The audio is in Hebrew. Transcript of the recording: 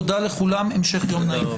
תודה לכולם, המשך יום נעים.